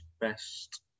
best